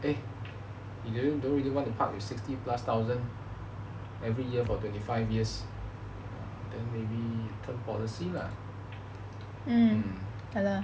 if you don't really want to park your sixty plus thousand every year for twenty five years then maybe term policy lah